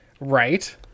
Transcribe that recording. Right